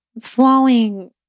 flowing